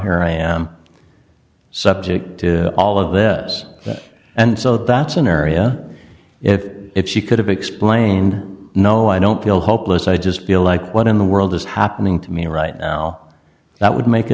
here i am subject to all of the us and so that's an area if it she could have explained no i don't feel hopeless i just feel like what in the world is happening to me right now that would make